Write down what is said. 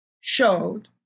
showed